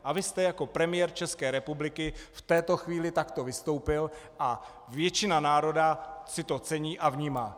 A vy jste jako premiér České republiky v této chvíli takto vystoupil a většina národa si to cení a vnímá.